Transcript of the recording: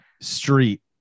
street